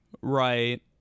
right